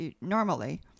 normally